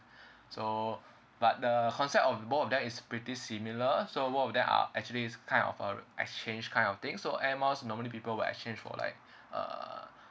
so but the concept of both of that is pretty similar so one of them are actually it's kind of uh exchange kind of thing so air miles normally people will exchange for like uh